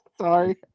sorry